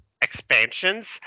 expansions